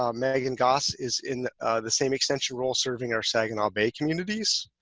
um meaghan gass is in the same extension role serving our saginaw bay communities.